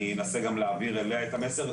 אני אנסה גם להעביר אליה את המסר,